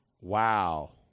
Wow